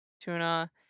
tuna